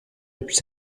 depuis